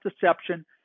deception